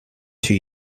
two